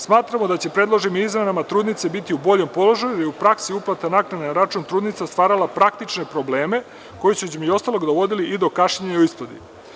Smatramo da će predloženim izmenama trudnice biti u boljem položaju, jer je u praksi uplata naknade na račun trudnica stvarala praktične probleme koji su, između ostalog, dovodili i do kašnjenja u isplati.